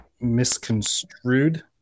misconstrued